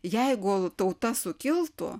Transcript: jeigu tauta sukiltų